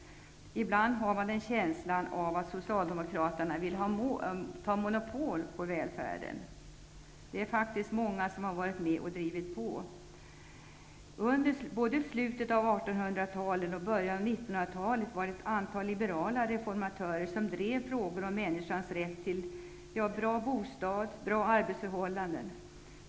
Ibland får man en känsla av att Socialdemokraterna vill ha monopol på välfärden. Men det är faktiskt många som har varit pådrivande i det avseendet. Både i slutet av 1800-talet och i början av 1900-talet drev ett antal liberala reformatörer frågor om människans rätt till en bra bostad och bra arbetsförhållanden.